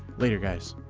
later guys.